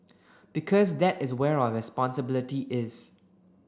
because that is where our responsibility is